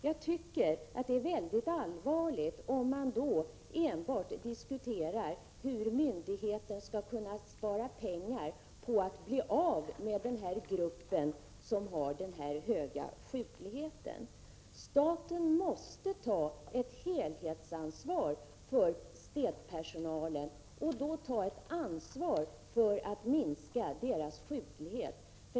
Jag tycker att det är mycket allvarligt om man enbart diskuterar hur myndigheten skall kunna spara pengar genom att bli av med den här gruppen som har den höga sjukligheten. Staten måste ta ett helhetsansvar för städpersonalen och för att minska dess sjuklighet.